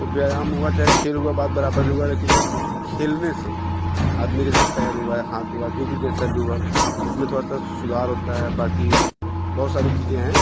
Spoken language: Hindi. तो व्यायाम हुआ चाहे खेल हुआ बात बराबर ही हुआ लेकिन खेलने से आदमी का जैसे पैर हुआ या हाथ हुआ जो भी जैसा भी हुआ उसमें थोड़ा सा सुधार होता है बाक़ी बहुत सारी चीज़े हैं